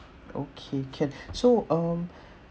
okay can so um